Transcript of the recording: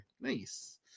Nice